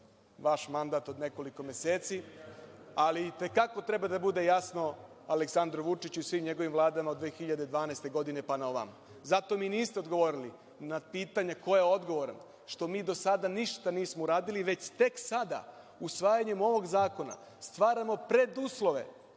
vaš mandat od nekoliko meseci, ali i te kako treba da bude jasno Aleksandru Vučiću i svim njegovim vladama od 2012. godine pa naovamo. Zato mi niste odgovorili na pitanje – ko je odgovoran što mi do sada ništa nismo uradili, već tek sada, usvajanjem ovog zakona, stvaramo preduslove